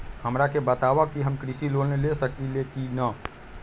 हमरा के बताव कि हम कृषि लोन ले सकेली की न?